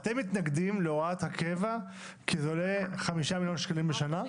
אתם מתנגדים להוראת הקבע כי זה עולה 5 מיליון שקלים בשנה?